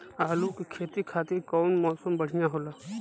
आलू के खेती खातिर कउन मौसम बढ़ियां होला?